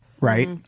Right